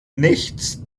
nichts